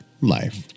life